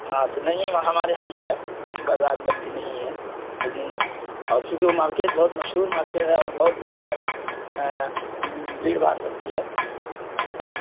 ہاں تو نہیں ہمارے یہاں جو ہے بازار بندی نہیں ہے ابھی اور چونکہ وہ مارکیٹ بہت مشہور مارکیٹ ہے اور بہت زیادہ بھیڑ بھاڑ ہوتی ہے اور